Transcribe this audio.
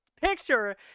picture